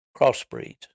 crossbreeds